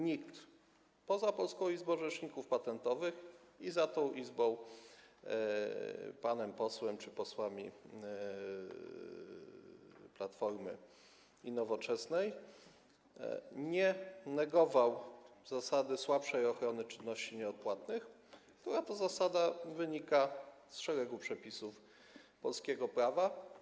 Nikt, poza Polską Izbą Rzeczników Patentowych i tą Izbą - panem posłem czy posłami Platformy i Nowoczesnej, nie negował zasady słabszej ochrony czynności nieodpłatnych, która to zasada wynika z szeregu przepisów polskiego prawa.